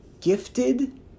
gifted